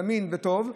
זמין וטוב,